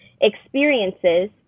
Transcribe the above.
experiences